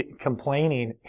complaining